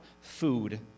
food